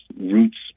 roots